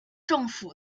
政府